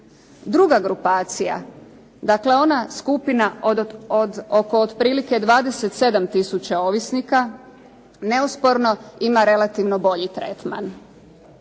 Druga grupacija, dakle ona skupina od oko otprilike 27 tisuća ovisnika neosporno ima relativno bolji tretman.